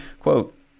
Quote